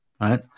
right